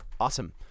Awesome